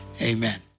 Amen